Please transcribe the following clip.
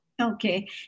Okay